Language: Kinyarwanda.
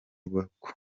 maboko